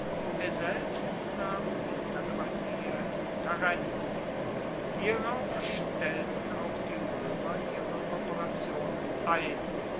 er selbst nahm winterquartier in tarent hierauf stellten auch die roemer ihre operationen ein